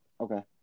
okay